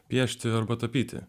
piešti arba tapyti